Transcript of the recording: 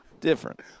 Different